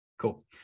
Cool